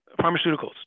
pharmaceuticals